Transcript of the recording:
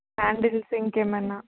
sandals ఇంకేమన్నా